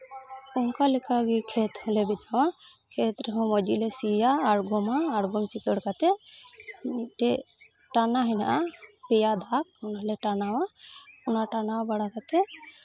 ᱚᱱᱠᱟ ᱞᱮᱠᱟ ᱦᱚᱸᱞᱮ ᱠᱷᱮᱛ ᱦᱚᱸᱞᱮ ᱵᱮᱱᱟᱣᱟ ᱠᱷᱮᱛ ᱨᱮᱦᱚᱸ ᱢᱚᱡᱽ ᱜᱮᱞᱮ ᱥᱤᱭᱟ ᱟᱬᱜᱚᱢᱟ ᱟᱬᱜᱚᱢ ᱪᱤᱠᱟᱹᱲ ᱠᱟᱛᱮᱫ ᱢᱤᱫᱴᱮᱡ ᱴᱟᱱᱟ ᱦᱮᱱᱟᱜᱼᱟ ᱯᱮᱭᱟ ᱫᱟᱜᱽ ᱚᱱᱟᱞᱮ ᱴᱟᱱᱟᱣᱟ ᱚᱱᱟ ᱴᱟᱱᱟᱣ ᱵᱟᱲᱟ ᱠᱟᱛᱮᱫ